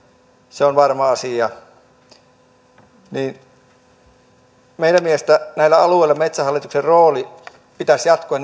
se on varma asia meidän mielestämme näillä alueilla metsähallituksen roolin pitäisi jatkua